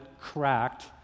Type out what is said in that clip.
cracked